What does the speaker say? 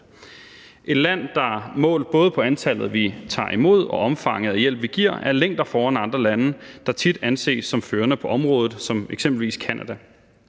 et land, der målt både på antallet, vi tager imod, og på omfanget af hjælp, vi giver, er længder foran andre lande, der tit anses som førende på området, eksempelvis Canada.